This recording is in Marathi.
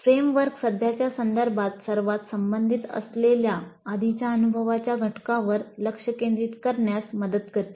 फ्रेमवर्क सध्याच्या संदर्भात सर्वात संबंधित असलेल्या आधीच्या अनुभवाच्या घटकांवर लक्ष केंद्रित करण्यास मदत करते